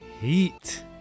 heat